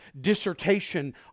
dissertation